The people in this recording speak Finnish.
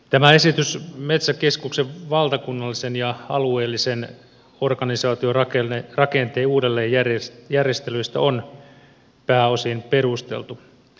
tämä esitys metsäkeskuksen valtakunnallisen ja alueellisen organisaatiorakenteen uudelleenjärjestelyistä on pääosin perusteltu